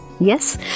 yes